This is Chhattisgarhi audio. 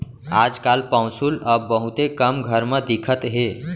आज काल पौंसुल अब बहुते कम घर म दिखत हे